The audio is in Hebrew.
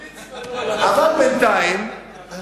נמליץ, אבל בינתיים, קח